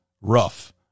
rough